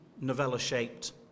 novella-shaped